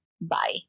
Bye